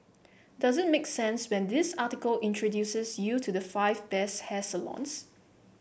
does it make sense when this article introduces you the five best hair salons